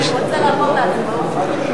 חיים, רוצה לעבור להצבעות?